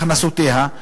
הכנסותיה,